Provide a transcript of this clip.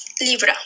Libra